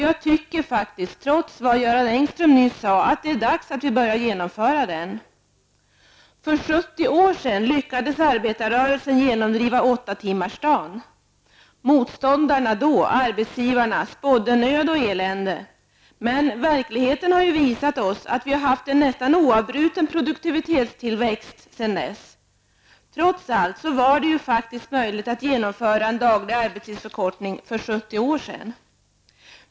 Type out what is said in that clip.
Jag tycker nämligen, trots det som Göran Engström nyss sade, att det är dags att vi nu börjar genomföra den. För 70 år sedan lyckades arbetarrörelsen genomdriva åttatimmarsdagen. Motståndarna då -- arbetsgivarna -- spådde nöd och elände, men verkligheten har visat oss att vi har haft en nästan oavbruten produktivitetstillväxt sedan dess. Trots allt var det faktiskt möjligt att genomföra en daglig arbetstidsförkortning för 70 år sedan.